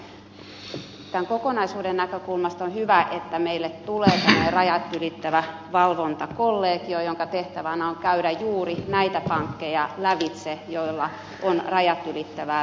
tämän kokonaisuuden näkökulmasta on hyvä että meille tulee tänne rajat ylittävä valvontakollegio jonka tehtävänä on käydä juuri näitä pankkeja lävitse joilla on rajat ylittävää liiketoimintaa